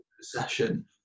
session